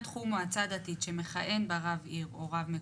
כתובים ברמה כמעט סופית ואפשר להעביר אותם גם היום בערב לוועדה,